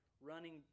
running